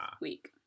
week